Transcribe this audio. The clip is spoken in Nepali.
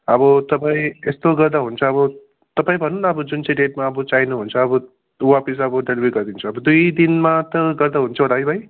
अब तपाईँ यस्तो गर्दा हुन्छ अब तपाईँ भन्नु न अब जुन चाहिँ डेटमा अब चाहनु हुन्छ अब वापस अब डेलिभरी गरिदिन्छु अब दुई दिनमा त गर्दा हुन्छ होला है भाइ